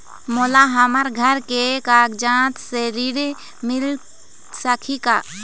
मोला हमर घर के कागजात से ऋण मिल सकही का?